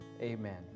Amen